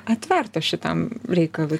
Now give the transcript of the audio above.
atvertos šitam reikalui